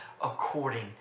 according